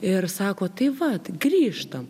ir sako tai vat grįžtam